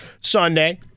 Sunday